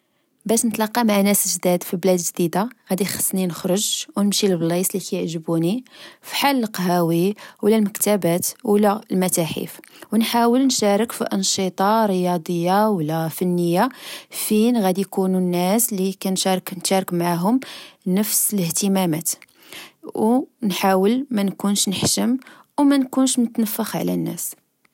باش نتلقا مع ناس جداد في بلاد جديدة، غدي خسني نخرج أو نمشي لبلايص لكعجبوني، فحال القهاوي أولا المكتبات أولا المتاحف, أو نحول نشارك في أنشطة رياضية أولا فنية فين غدي كونو الناس لكنتشارك نفس الإهتمامات أو نحاول منكونش نحشم أو منكونش متنفخ على الناس